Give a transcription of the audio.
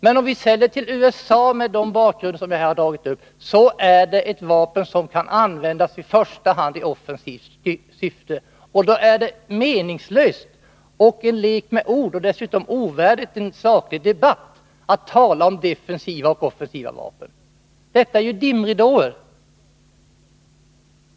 Men om vi säljer dem till USA är de mot den bakgrund som jag här har tecknat ett vapen som kan användas i offensivt syfte. Det är meningslöst och en lek med ord och dessutom ovärdigt en saklig debatt att tala om defensiva och offensiva vapen. Det är inget annat än dimridåer.